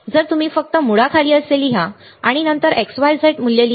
जर तुम्ही फक्त मुळाखाली असे लिहा आणि नंतर x y z मूल्य लिहा